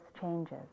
changes